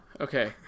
okay